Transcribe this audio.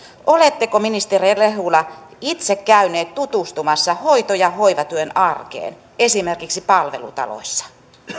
oletteko ministeri rehula itse käynyt tutustumassa hoito ja hoivatyön arkeen esimerkiksi palvelutaloissa